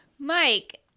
Mike